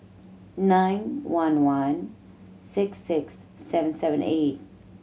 nine one one six six seven seven eight